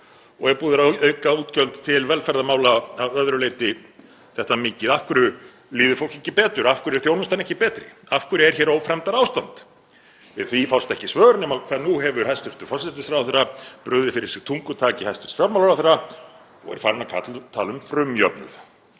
Ef búið er að auka útgjöld til velferðarmála að öðru leyti þetta mikið, af hverju líður fólki ekki betur, af hverju er þjónustan ekki betri? Af hverju er hér ófremdarástand? Við því fást ekki svör nema hvað nú hefur hæstv. forsætisráðherra brugðið fyrir sig tungutaki hæstv. fjármálaráðherra og er farin að tala um frumjöfnuð.